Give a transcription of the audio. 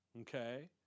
Okay